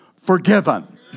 forgiven